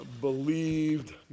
believed